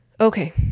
Okay